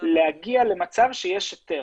להגיע למצב שיש היתר,